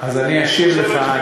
אז אני אשיב לך,